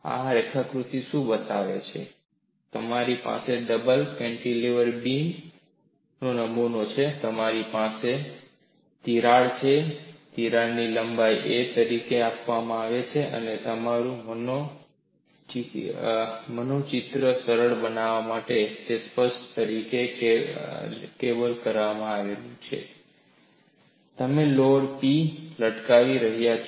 આ રેખાકૃતિ શું બતાવે છે તમારી પાસે ડબલ કેન્ટિલેવર બીમ નો નમૂનો છે તમારી પાસે લાંબી ક્રેક તિરાડ છે ક્રેક તિરાડ ની લંબાઈ a તરીકે આપવામાં આવે છે અને તમારું મનોચિત્ર સરળ બનાવવા માટે તે સ્પષ્ટ રીતે કેબલ સિસ્ટમ દ્વારા બતાવે છે તમે લોડ P લટકાવી રહ્યા છો